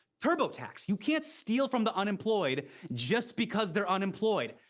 turbotax, you can't steal from the unemployed just because they're unemployed.